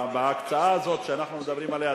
בהקצאה הזאת שאנחנו מדברים עליה,